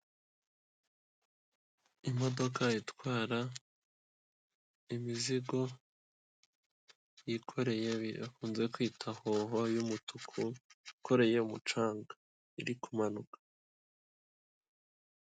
Imodoka itwara imizigo yikoreye bakunze kwita hoho y'umutuku ikoreye umucanga iri kumanuka.